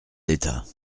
d’état